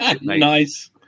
Nice